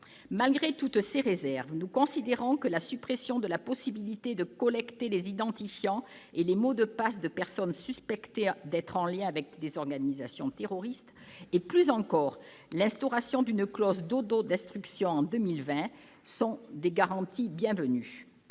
Malgré toutes ces réserves, la suppression de la possibilité de collecter les identifiants et les mots de passe de personnes suspectées d'être en lien avec des organisations terroristes et plus encore l'instauration d'une clause d'autodestruction en 2020 nous apparaissent comme des garanties bienvenues.